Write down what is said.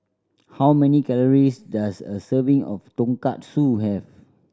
how many calories does a serving of Tonkatsu have